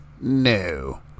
no